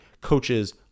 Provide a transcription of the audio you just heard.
Coaches